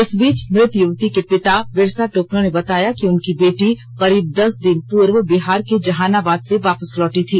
इस बीच मृत युवती के पिता बिरसा टोपनो ने बताया कि उनकी बेटी करीब दस दिन पूर्व बिहार के जहानाबाद से वापस लौटी थी